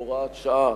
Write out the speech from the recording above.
בהוראת שעה,